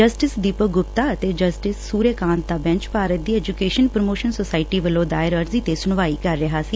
justice Deepak Gupta ਅਤੇ justice Surya Kant ਦਾ bench Bharat ਦੀ ਐਜੁਕੇਸ਼ਨ ਪ੍ਰਮੋਸ਼ਨ ਸੋਸਾਇਟੀ ਵੱਲੋਂ ਦਾਇਰ ਅਰਜੀ ਤੇ ਸੁਣਵਾਈ ਕਰ ਰਿਹਾ ਸੀ